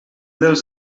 dels